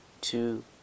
two